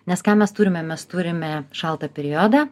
nes ką mes turime mes turime šaltą periodą